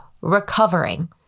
recovering